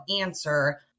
answer